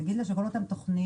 להגיד לה שכל אותן תכניות